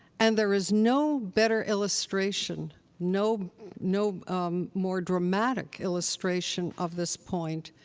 and there is no better illustration, no no more dramatic illustration of this point,